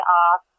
off